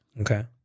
Okay